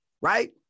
right